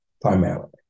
primarily